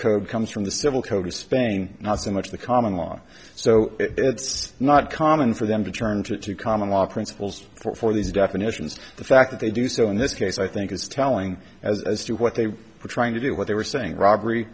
code comes from the civil code of spain not so much the common law so it's not common for them to turn to common law principles or for these definitions the fact that they do so in this case i think is telling as to what they were trying to do what they were saying robbery